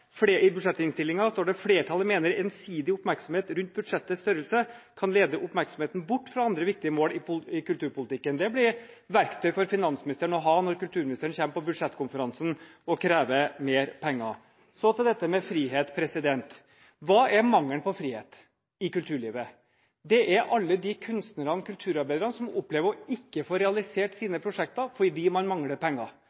mener ensidig oppmerksomhet rundt budsjettets størrelse kan lede oppmerksomheten bort fra andre viktige mål i kulturpolitikken.» Dette blir verktøy å ha for finansministeren når kulturministeren kommer på budsjettkonferansen og krever mer penger. Så til dette med frihet. Hva er mangelen på frihet i kulturlivet? Det er alle de kunstnerne og kulturarbeiderne som opplever å ikke få realisert